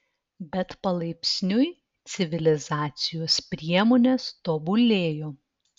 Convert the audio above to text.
bet palaipsniui civilizacijos priemonės tobulėjo